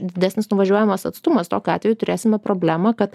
didesnis nuvažiuojamas atstumas tokiu atveju turėsime problemą kad